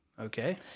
Okay